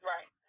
Right